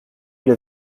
vous